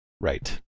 Right